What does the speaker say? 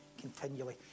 continually